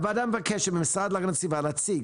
הוועדה מבקשת מהמשרד להגנת הסביבה להציג,